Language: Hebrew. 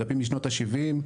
דפים משנות ה-70.